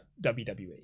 WWE